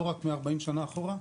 לא רק 40 שנה אחורה,